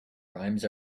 rhymes